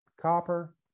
copper